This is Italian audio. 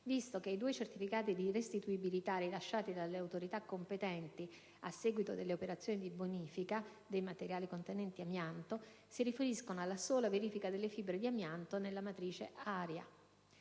visto che i due certificati di restituibilità rilasciati dalle autorità competenti a seguito delle operazioni di bonifica dei materiali contenenti amianto si riferiscono alla sola verifica delle fibre di amianto nella matrice aria;